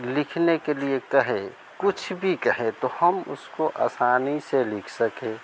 लिखने के लिए कहें कुछ भी कहें तो हम उसको आसानी से लिख सकें